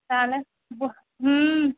তাহলে বোহ হুম